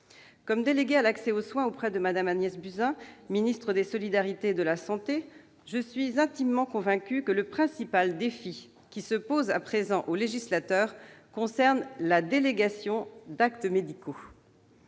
Comme déléguée à l'accès aux soins auprès de Mme Agnès Buzyn, ministre des solidarités et de la santé, je suis intimement convaincue que le principal défi aujourd'hui posé au législateur concerne la délégation d'actes médicaux.